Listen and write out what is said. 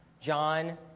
John